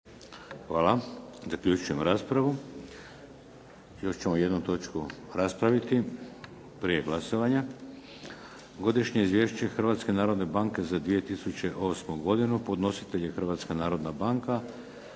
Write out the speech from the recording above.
**Šeks, Vladimir (HDZ)** Još ćemo jednu točku raspraviti prije glasovanja - Godišnje izvješće Hrvatske narodne banke za 2008. godinu Podnositelj je Hrvatska narodna banka.